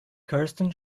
kirsten